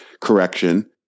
correction